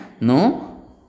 no